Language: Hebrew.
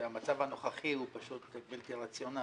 שהמצב הנוכחי הוא פשוט בלתי רציונלי.